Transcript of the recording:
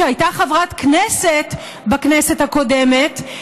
שהייתה חברת כנסת בכנסת הקודמת,